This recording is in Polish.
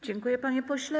Dziękuję, panie pośle.